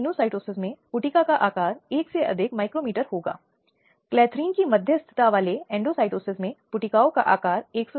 जैसा कि मैंने कहा ढाँचा मूल रूप से पुलिस और आपराधिक अदालतें हैं जो इस संबंध में काम कर रही हैं